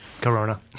Corona